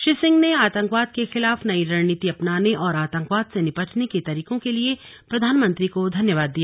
श्री सिंह ने आतंकवाद के खिलाफ नई रणनीति अपनाने और आतंकवाद से निपटने के तरीकों के लिए प्रधानमंत्री को धन्यवाद दिया